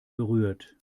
berührt